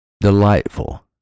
delightful